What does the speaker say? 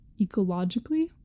ecologically